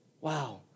Wow